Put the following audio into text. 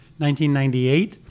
1998